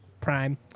prime